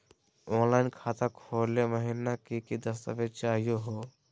Online खाता खोलै महिना की की दस्तावेज चाहीयो हो?